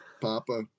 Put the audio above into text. Papa